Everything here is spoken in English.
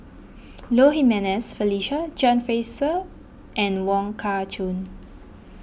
Low Jimenez Felicia John Fraser and Wong Kah Chun